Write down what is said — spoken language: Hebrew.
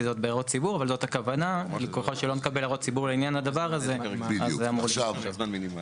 ככל שלא נקבל הערות ציבור לדבר הזה זה אמור לקרות.